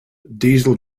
diesel